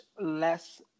less